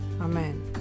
amen